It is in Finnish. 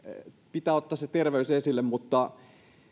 pitää ottaa se terveys esille mutta